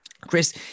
Chris